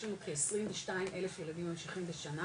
יש לנו כ-22 אלף ילדים ממשיכים בשנה